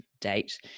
date